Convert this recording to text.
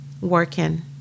working